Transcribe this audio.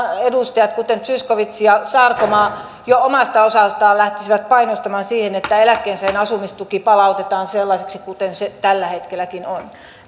edustajat kuten zyskowicz ja sarkomaa jo omalta osaltaan lähtisivät painostamaan siihen että eläkkeensaajien asumistuki palautetaan sellaiseksi kuin se tällä hetkelläkin on